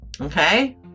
Okay